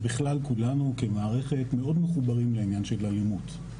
ובכלל כולנו כמערכת מאוד מחוברים לעניין של אלימות.